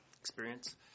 Experience